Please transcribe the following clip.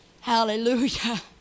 Hallelujah